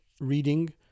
reading